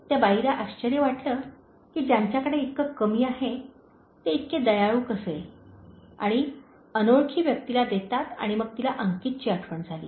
त्या बाईला आश्चर्य वाटले की ज्यांच्याकडे इतके कमी आहे ते इतके दयाळू कसे आणि अनोळखी व्यक्तीला देतात आणि मग तिला अंकितची आठवण झाली